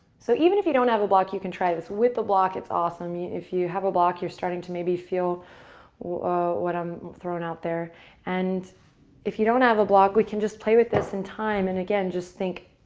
so even if you don't have a block you can try this. with a block it's awesome. if you have a block, you're starting to maybe feel what i'm throwing out there and if you don't have a block, we can just play with this in time. and again, just think,